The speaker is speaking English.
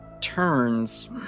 turns